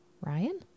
Ryan